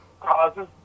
causes